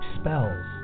spells